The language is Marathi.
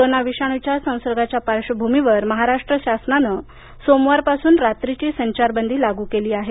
कोरोना विषाणूच्या संसर्गाच्या पार्श्वभूमीवर महाराष्ट्र शासनानं सोमवारपासून रात्रीची संचारबंदी लागू केली आहे